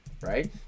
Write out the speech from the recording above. right